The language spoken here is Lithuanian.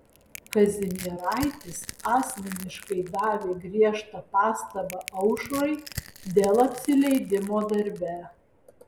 kazimieraitis asmeniškai davė griežtą pastabą aušrai dėl apsileidimo darbe